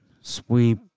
sweep